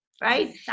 right